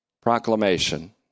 proclamation